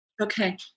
Okay